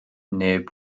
neb